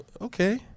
okay